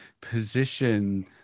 position